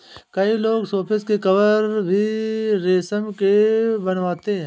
कई लोग सोफ़े के कवर भी रेशम के बनवाते हैं